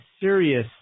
serious